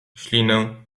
ślinę